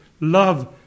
love